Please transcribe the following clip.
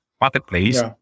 marketplace